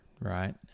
right